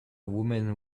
woman